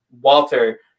Walter